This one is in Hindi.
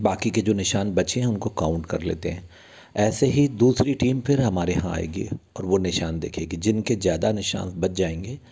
बाकि के जो निशान बचे हैं उनको काउंट कर लेते हैं ऐसे ही दूसरी टीम फिर हमारे यहाँ आएगी और वह निशान देखेगी जिनके ज़्यादा निशान बच जाएंगे